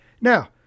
Now